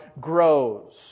grows